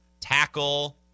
tackle